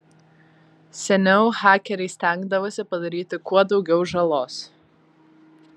seniau hakeriai stengdavosi padaryti kuo daugiau žalos